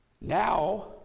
Now